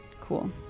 Cool